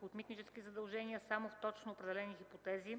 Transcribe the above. от митнически задължения само в точно определени хипотези,